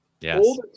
Yes